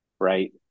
right